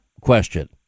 question